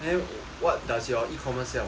then what does your e-commerce sell